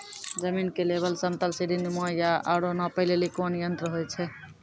जमीन के लेवल समतल सीढी नुमा या औरो नापै लेली कोन यंत्र होय छै?